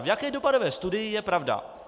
V jaké dopadové studii je pravda?